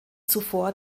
zuvor